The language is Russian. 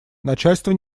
начальство